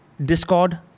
Discord